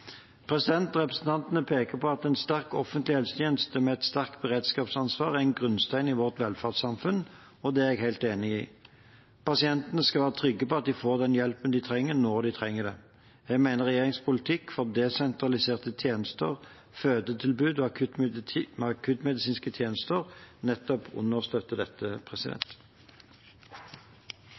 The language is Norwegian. Representantene peker på at en sterk offentlig helsetjeneste med et sterkt beredskapsansvar er en grunnstein i vårt velferdssamfunn, og det er jeg helt enig i. Pasientene skal være trygge på at de får den hjelpen de trenger, når de trenger det. Jeg mener at regjeringens politikk for desentraliserte tjenester, fødetilbud og akuttmedisinske tjenester nettopp understøtter dette.